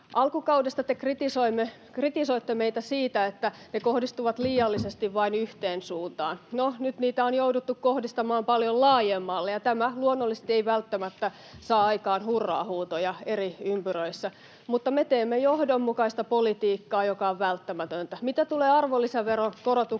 Alkukaudesta te kritisoitte meitä siitä, että ne kohdistuvat liiallisesti vain yhteen suuntaan. No, nyt niitä on jouduttu kohdistamaan paljon laajemmalle, ja tämä luonnollisesti ei välttämättä saa aikaan hurraa-huutoja eri ympyröissä, mutta me teemme johdonmukaista politiikkaa, joka on välttämätöntä. Mitä tulee arvonlisäveron korotukseen,